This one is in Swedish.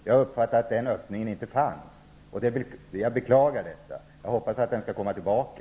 Jag uppfattar att den öppningen inte fanns. Jag beklagar detta. Jag hoppas att den skall komma tillbaka.